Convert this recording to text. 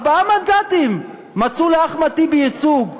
ארבעה מנדטים, מצאו לאחמד טיבי ייצוג,